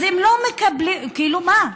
אז אם לא מקבלים, כאילו מה?